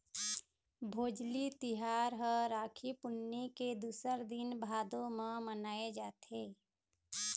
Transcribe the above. भोजली तिहार ह राखी पुन्नी के दूसर दिन भादो म मनाए जाथे